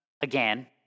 again